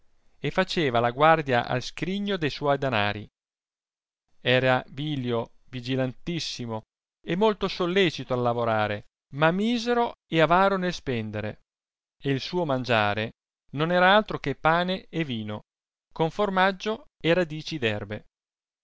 e faceva la guardia al scrigno de suoi danari era vilio vigilantissimo e molto sollecito al lavorare ma misero e avaro nel spendere e il suo mangiare non era altro che pane e vino con formaggio e radici